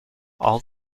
all